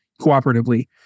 cooperatively